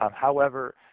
um however,